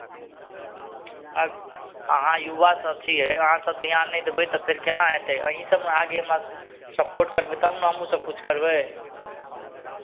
आर अहाँ युवासभ छियै अहाँसभ ध्यान नहि देबै तऽ फेर केना हेतै अहीँसभ ने आगे हमरा सपोर्ट करबै तब ने हमहूँसभ किछु करबै